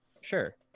sure